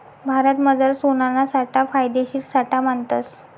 भारतमझार सोनाना साठा फायदेशीर साठा मानतस